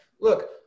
look